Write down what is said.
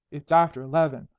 it's after eleven,